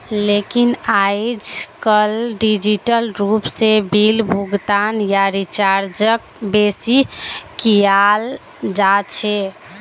लेकिन आयेजकल डिजिटल रूप से बिल भुगतान या रीचार्जक बेसि कियाल जा छे